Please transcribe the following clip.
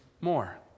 more